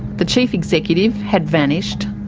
the chief executive had vanished.